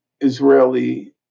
Israeli